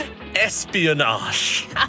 Espionage